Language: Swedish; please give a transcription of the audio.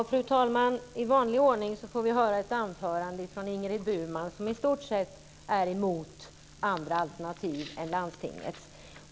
Fru talman! I vanlig ordning får vi höra ett anförande från Ingrid Burman som i stort sett talar emot andra alternativ än landstinget.